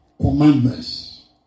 Commandments